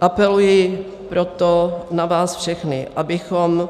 Apeluji proto na vás všechny, abychom